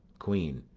queen.